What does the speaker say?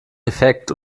defekt